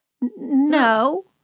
No